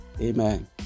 Amen